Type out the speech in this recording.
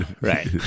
right